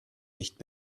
nicht